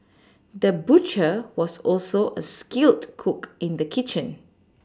the butcher was also a skilled cook in the kitchen